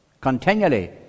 continually